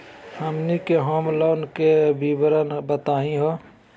हमनी के home loan के विवरण बताही हो?